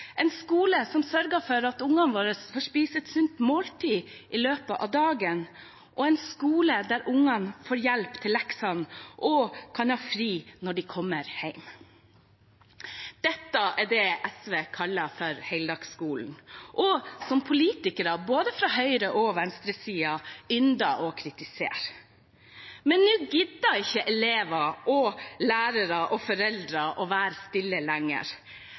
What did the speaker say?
en skole som sørger for at ungene våre får spise et sunt måltid i løpet av dagen en skole der ungene får hjelp til leksene og kan ha fri når de kommer hjem Dette er det SV kaller for heldagsskolen, og som politikere både fra høyre- og venstresiden ynder å kritisere. Men nå gidder ikke elever, foreldre og lærere være stille lenger.